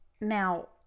Now